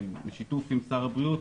בשיתוף עם שר הבריאות,